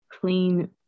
clean